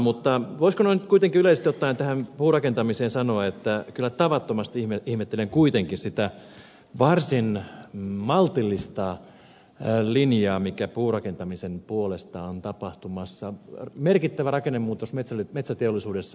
mutta voisiko noin yleisesti ottaen tästä puurakentamisesta sanoa että kyllä tavattomasti ihmettelen kuitenkin sitä varsin maltillista linjaa mikä puurakentamisen puolesta on kun on tapahtumassa merkittävä rakennemuutos metsäteollisuudessa